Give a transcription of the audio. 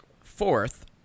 fourth